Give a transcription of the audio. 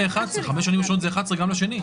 5 שנים ראשונות זה 11 גם לשני.